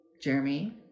Jeremy